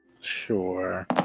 Sure